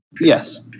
Yes